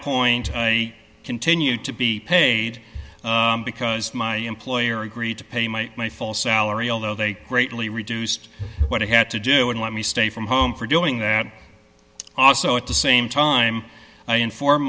point i continued to be paid because my employer agreed to pay my my fall salary although they greatly reduced what i had to do and let me stay from home for doing that also at the same time i inform